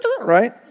Right